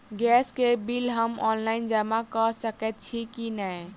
Gas केँ bill हम online जमा कऽ सकैत छी की नै?